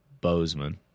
Bozeman